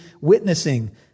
witnessing